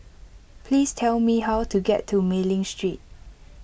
please tell me how to get to Mei Ling Street